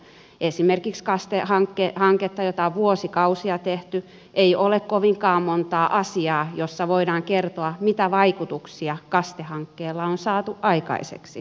esimerkiksi kaste hanke jota on vuosikausia tehty ei ole kovinkaan montaa asiaa jossa voidaan kertoa mitä vaikutuksia kaste hankkeella on saatu aikaan